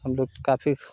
हम लोग काफ़ी